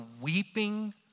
weeping